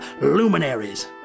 luminaries